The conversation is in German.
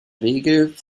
regel